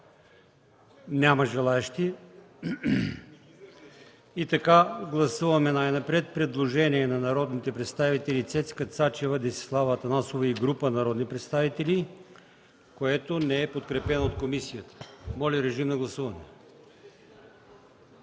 Няма желаещи. Гласуваме най-напред предложението на народните представители Цецка Цачева, Десислава Атанасова и група народни представители, което не е подкрепено от комисията. Моля, гласувайте.